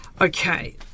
Okay